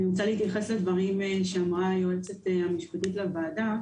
אני רוצה להתייחס לדבריה של היועצת המשפטית לוועדה,